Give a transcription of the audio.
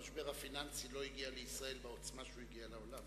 המשבר הפיננסי לא הגיע לישראל בעוצמה שהוא הגיע לעולם.